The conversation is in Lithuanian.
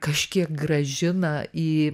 kažkiek grąžina į